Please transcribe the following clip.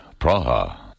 Praha